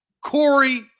Corey